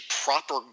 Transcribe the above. proper